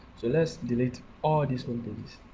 so let's delete all these pages.